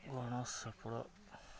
ᱜᱚᱲᱚ ᱥᱚᱯᱚᱦᱚᱫ